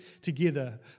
together